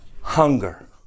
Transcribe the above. hunger